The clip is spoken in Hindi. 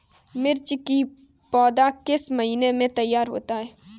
मिर्च की पौधा किस महीने में तैयार होता है?